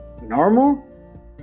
normal